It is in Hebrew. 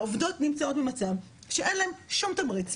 העובדות נמצאות במצב שאין להן שום תמריץ